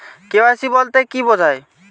KYC বলতে কি বোঝায়?